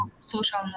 social